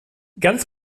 ganz